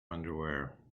underwear